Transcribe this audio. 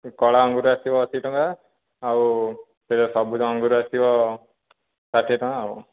ସେ କଳା ଅଙ୍ଗୁର ଆସିବ ଅଶୀଟଙ୍କା ଆଉ ସେ ସବୁଜ ଅଙ୍ଗୁର ଆସିବ ଷାଠିଏଟଙ୍କା ଆଉ